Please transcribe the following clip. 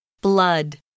Blood